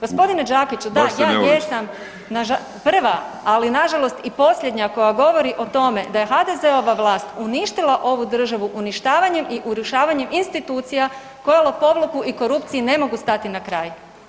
Gospodine Đakiću, da ja jesam prva ali na žalost i posljednja koja govori o tome da je HDZ-ova vlast uništila ovu državu uništavanjem i urušavanjem institucija koje lopovluku i korupciji ne mogu stati na kraj.